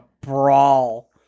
brawl